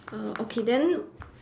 err okay then